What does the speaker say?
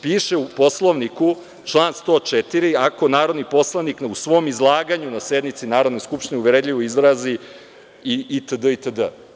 Piše u Poslovniku, član 104. – ako se narodni poslanik u svom izlaganju na sednici Narodne skupštine uvredljivo izrazi itd. itd.